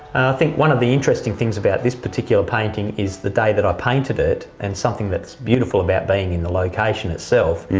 think one of the interesting things about this particular painting, is the day that i painted it, and something that's beautiful about being in the location itself,